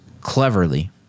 cleverly